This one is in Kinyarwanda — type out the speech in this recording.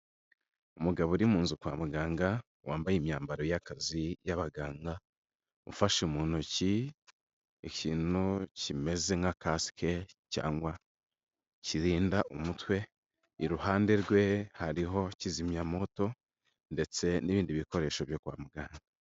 Umugabo uri mu nzu kwa muganga wambaye imyambaro y'akazi y'abaganga, ufashe mu ntoki ikintu kimeze nka kasike cyangwa kirinda umutwe, iruhande rwe hariho kizimyamwoto ndetse n'ibindi bikoresho byo kwa muganga.